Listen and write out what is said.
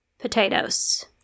potatoes